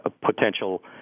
potential